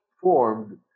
formed